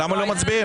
למה לא מצביעים?